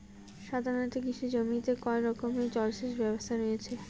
সাধারণত কৃষি জমিতে কয় রকমের জল সেচ ব্যবস্থা রয়েছে?